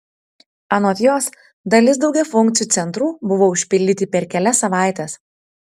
anot jos dalis daugiafunkcių centrų buvo užpildyti per kelias savaites